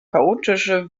chaotische